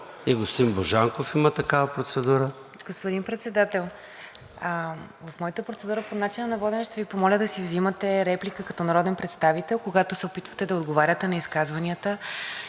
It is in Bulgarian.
(Продължаваме Промяната): Господин Председател, в моята процедура по начина на водене ще Ви помоля да си взимате реплика като народен представител, когато се опитвате да отговаряте на изказванията,